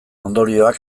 ondorioak